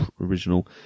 original